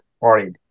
worried